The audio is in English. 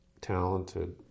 talented